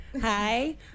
hi